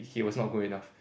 he was not good enough